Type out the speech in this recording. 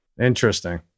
Interesting